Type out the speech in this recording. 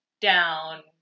down